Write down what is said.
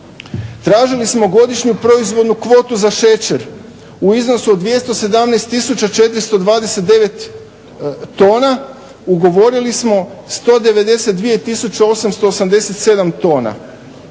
tražili smo godišnju proizvoljnu kvotu za šećer u iznosu od 217 tisuća 429 tona. Ugovorili smo 192 tisuće 887 tona.